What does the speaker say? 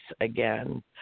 again